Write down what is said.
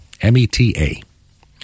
M-E-T-A